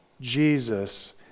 Jesus